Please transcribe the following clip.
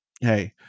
hey